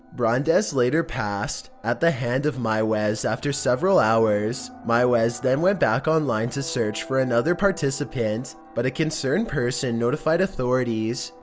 brandes later passed at the hand of meiwes after several hours. meiwes then went back online to search for another participant, but a concerned person notified authorities.